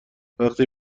وقتی